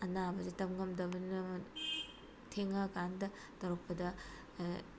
ꯑꯅꯥꯕꯁꯤ ꯇꯝꯕ ꯉꯝꯗꯕꯅꯤꯅ ꯊꯦꯡꯉꯛꯑꯀꯥꯟꯗ ꯇꯧꯔꯛꯄꯗ